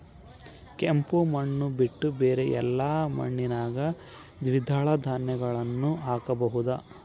ಕೆಂಪು ಮಣ್ಣು ಬಿಟ್ಟು ಬೇರೆ ಎಲ್ಲಾ ಮಣ್ಣಿನಾಗ ದ್ವಿದಳ ಧಾನ್ಯಗಳನ್ನ ಹಾಕಬಹುದಾ?